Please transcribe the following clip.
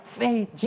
faith